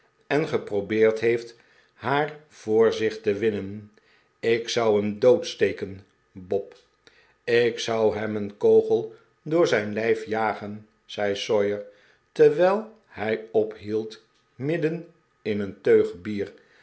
en geprobeerd heeft haar voor zich te winnen ik zou hem doodsteken bob ik zou hem een kogel door zijn lijf jagen zei sawyer terwijl hij ophield midden in een teug bier